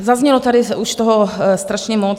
Zaznělo tady už toho strašně moc.